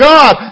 God